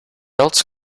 else